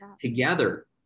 together